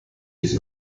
his